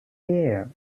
there